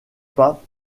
pas